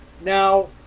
now